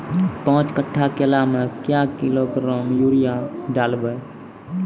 पाँच कट्ठा केला मे क्या किलोग्राम यूरिया डलवा?